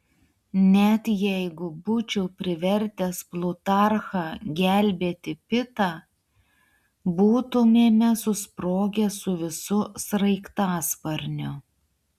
net jeigu būčiau privertęs plutarchą gelbėti pitą būtumėme susprogę su visu sraigtasparniu